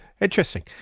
Interesting